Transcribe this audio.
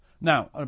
now